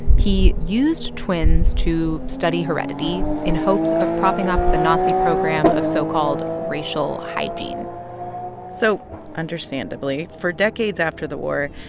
he used twins to study heredity in hopes of propping up the nazi program of so-called racial hygiene so understandably, for decades after the war,